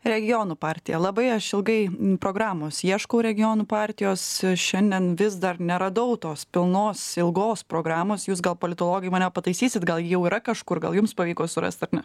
regionų partija labai aš ilgai programos ieškau regionų partijos šiandien vis dar neradau tos pilnos ilgos programos jūs gal politologai mane pataisysit gal jau yra kažkur gal jums pavyko surast ar ne